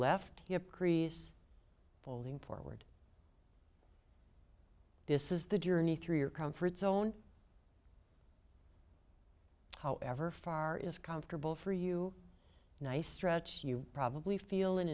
left hip crease folding forward this is the journey through your comfort zone however far is comfortable for you nice stretch you probably feel i